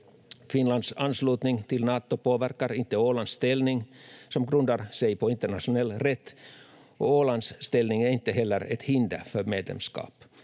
Finlands anslutning till Nato påverkar inte Ålands ställning, som grundar sig på internationell rätt, och Ålands ställning är inte heller ett hinder för medlemskap.